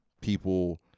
People